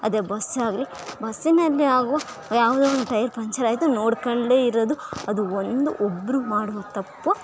ಅದೇ ಬಸ್ ಆಗಲಿ ಬಸ್ಸಿನಲ್ಲಿ ಆಗುವ ಯಾವುದೋ ಒಂದು ಟೈಯರ್ ಪಂಚರ್ ಆಯಿತು ನೋಡ್ಕೊಂಡ್ಲೆ ಇರೋದು ಅದು ಒಂದು ಒಬ್ಬರು ಮಾಡುವ ತಪ್ಪು